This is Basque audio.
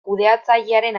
kudeatzailearen